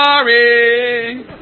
Sorry